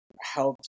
helped